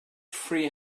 three